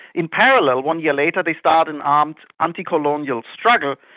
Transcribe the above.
in parallel one year later they start an armed anticolonial struggle,